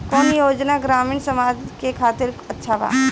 कौन योजना ग्रामीण समाज के खातिर अच्छा बा?